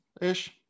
ish